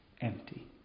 empty